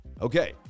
Okay